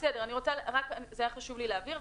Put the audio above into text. היה חשוב לי להבהיר את זה.